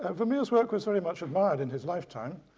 ah vermeer's work was very much admired in his lifetime,